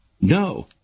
No